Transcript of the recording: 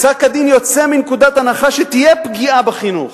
פסק-הדין יוצא מנקודת הנחה שתהיה פגיעה בחינוך,